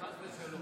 חס ושלום.